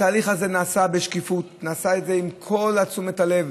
התהליך הזה נעשה בשקיפות, נעשה עם כל תשומת הלב,